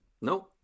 Nope